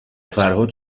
فرهاد